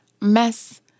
mess